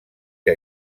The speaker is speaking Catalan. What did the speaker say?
que